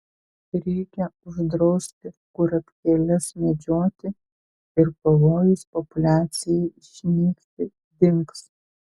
reikia uždrausti kurapkėles medžioti ir pavojus populiacijai išnykti dings